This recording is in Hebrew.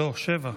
לא, שבע.